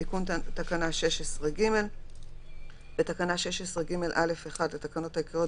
תיקון תקנה 16ג (6) בתקנה 16ג(א)(1) לתקנות העיקריות,